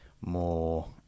more